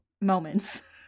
moments